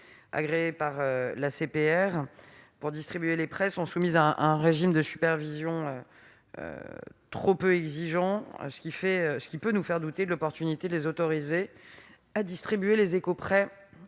résolution (ACPR) pour distribuer les prêts sont soumises à un régime de supervision trop peu exigeant pour que nous ne doutions pas de l'opportunité de les autoriser à distribuer les écoprêts